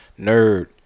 Nerd